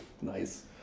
Nice